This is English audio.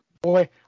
Boy